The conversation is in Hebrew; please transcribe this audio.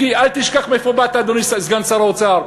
אל תשכח מאיפה באת, אדוני סגן שר האוצר.